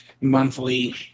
monthly